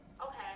Okay